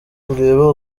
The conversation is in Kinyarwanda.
kureba